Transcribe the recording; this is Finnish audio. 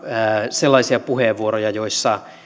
sellaisia puheenvuoroja joissa